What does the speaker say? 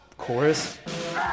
Chorus